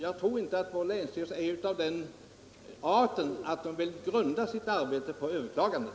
Jag tror inte vår länsstyrelse har den inställningen att man vill grunda sitt arbete på överklaganden.